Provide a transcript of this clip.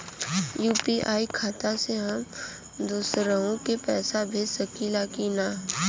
UPI खाता से हम दुसरहु के पैसा भेज सकीला की ना?